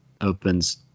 opens